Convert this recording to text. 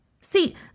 See